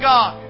God